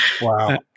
Wow